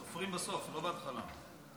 סופרים בסוף, לא בהתחלה.